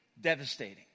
devastating